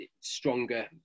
stronger